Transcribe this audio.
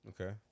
Okay